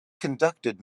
conducted